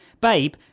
Babe